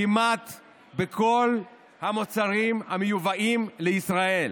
כמעט בכל המוצרים המיובאים לישראל.